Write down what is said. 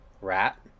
Rat